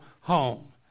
home